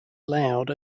loud